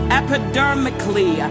epidermically